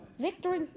Victory